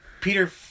Peter